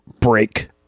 break